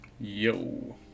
Yo